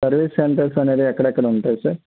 service centres అనేది ఎక్కడెక్కడ ఉంటాయి సార్